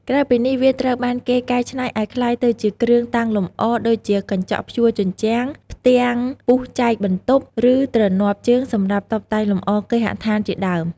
ក្រៅពីនេះវាត្រូវបានគេកែឆ្នៃឲ្យក្លាយទៅជាគ្រឿងតាំងលម្អដូចជា កញ្ចក់ព្យួរជញ្ជាំង ផ្ទាំងពុះចែកបន្ទប់ ឬទ្រនាប់ជើងសម្រាប់តុបតែងលម្អគេហដ្ឋានជាដើម។